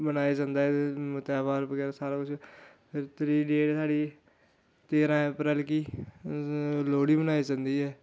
मनाया जंदा ऐ मतलब धेयार बगैरा सारा कुश त्री डेट साढ़ी तेरां अप्रैल लोह्ड़ी मनाई जंदी ऐ